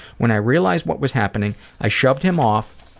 when i realized what was happening, i shoved him off,